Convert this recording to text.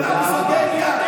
לך,